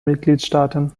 mitgliedstaaten